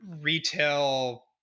retail